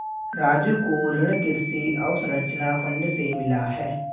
राजू को ऋण कृषि अवसंरचना फंड से मिला है